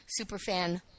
superfan